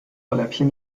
ohrläppchen